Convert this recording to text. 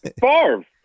Favre